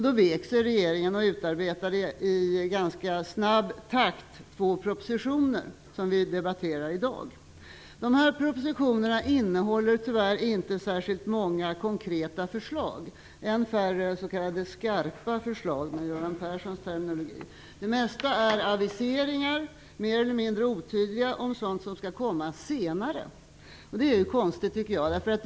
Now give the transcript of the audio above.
Då vek sig regeringen och utarbetade i ganska snabb takt två propositioner som vi debatterar i dag. Propositionerna innehåller tyvärr inte särskilt många konkreta förslag, och ännu färre s.k. skarpa förslag - för att använda Göran Perssons terminologi. Det mesta är mer eller mindre otydliga aviseringar om sådant som skall komma senare. Jag tycker att detta är konstigt.